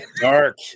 dark